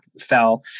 fell